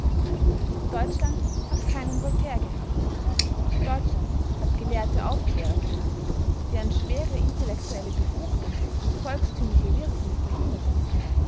deutschland hat keinen voltaire gehabt deutschland hat gelehrte aufklärer gehabt deren schwere intellektuelle befruchtung volkstümliche wirkungen verhinderte